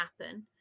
happen